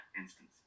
instance